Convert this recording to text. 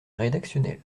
rédactionnel